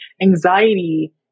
anxiety